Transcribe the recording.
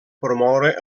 promoure